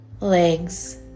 legs